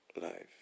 life